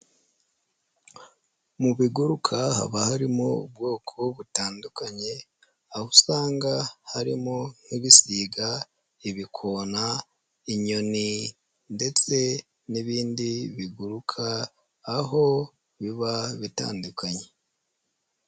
Mu biguruka haba harimo ubwoko butandukanye, aho usanga harimo nk'ibisiga, ibikona, inyoni, ndetse n'ibindi biguruka, aho biba bitandukanye.